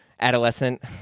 adolescent